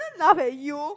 laugh at you